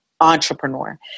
entrepreneur